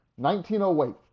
1908